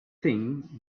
thing